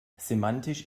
semantisch